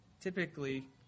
Typically